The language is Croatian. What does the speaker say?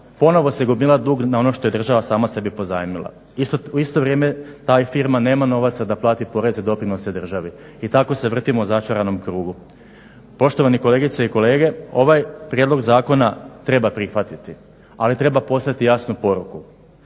ponovno se gomila dug na ono što je država sama sebi pozajmila. U isto vrijeme ta firma nema novaca da plati poreze i doprinose državi i tako se vrtimo u začaranom krugu. Poštovani kolegice i kolege, ovaj prijedlog zakona treba prihvatiti ali treba poslati jasnu poruku,